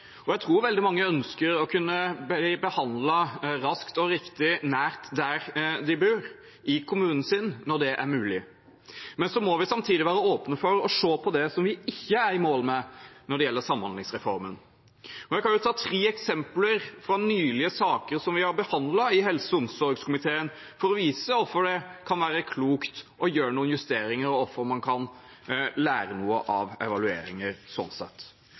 mulig. Samtidig må vi være åpne for å se på det vi ikke er i mål med, når det gjelder samhandlingsreformen. Jeg kan ta tre eksempler fra nylige saker som vi har behandlet i helse- og omsorgskomiteen, for å vise hvorfor det kan være klokt å gjøre noen justeringer, og hvorfor man kan lære noe av evalueringer.